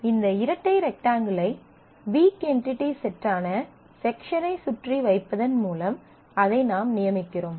இந்த இரட்டை ரெக்டாங்கிளை வீக் என்டிடி செட்டான செக்ஷனைச் சுற்றி வைப்பதன் மூலம் அதை நாம் நியமிக்கிறோம்